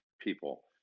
people